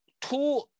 two